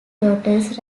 daughters